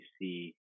see